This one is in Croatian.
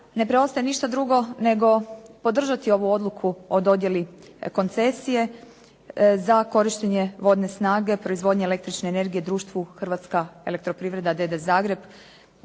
ne preostaje ništa drugo nego podržati ovu odluku o dodjeli koncesije za korištenje vodne snage, proizvodnje električne energije društvu Hrvatska elektroprivreda d.d. Zagreb